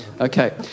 Okay